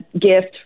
gift